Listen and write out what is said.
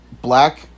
black